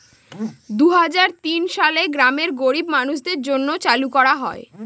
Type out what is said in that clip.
দুই হাজার তিন সালে গ্রামের গরীব মানুষদের জন্য চালু করা হয়